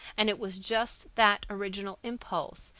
and it was just that original impulse,